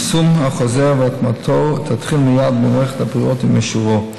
יישום החוזר והטמעתו יתחילו במערכת הבריאות מייד עם אישורו.